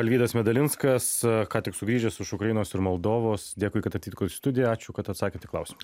alvydas medalinskas ką tik sugrįžęs iš ukrainos ir moldovos dėkui kad atvykot į studiją ačiū kad atsakėt į klausimus